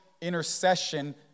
intercession